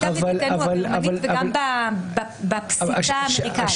גם בפסיקה האמריקאית.